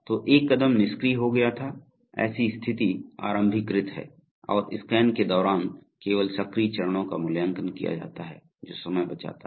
तो एक कदम निष्क्रिय हो गया था ऐसी स्थिति आरंभीकृत है और स्कैन के दौरान केवल सक्रिय चरणों का मूल्यांकन किया जाता है जो समय बचाता है